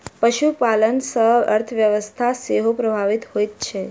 पशुपालन सॅ अर्थव्यवस्था सेहो प्रभावित होइत छै